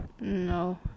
no